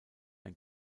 ein